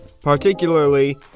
Particularly